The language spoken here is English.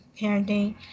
parenting